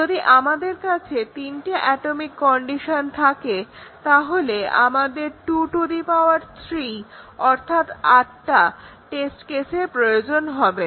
যদি আমাদের কাছে তিনটে অ্যাটমিক কন্ডিশন থাকে তাহলে আমাদের 23 অর্থাৎ আটটা টেস্ট কেসের প্রয়োজন হবে